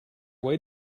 way